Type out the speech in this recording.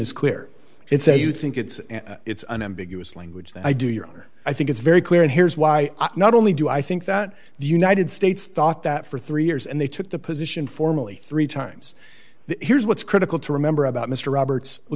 is clear it says you think it's it's an ambiguous language that i do your honor i think it's very clear and here's why not only do i think that the united states thought that for three years and they took the position formally three times here's what's critical to remember about mr roberts